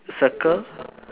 circle